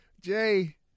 Jay